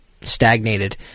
stagnated